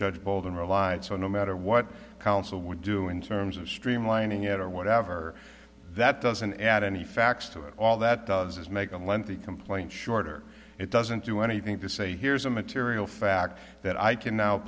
judge bolden relied so no matter what counsel would do in terms of streamlining it or whatever that doesn't add any facts to it all that does is make a lengthy complaint shorter it doesn't do anything to say here's a material fact that i can now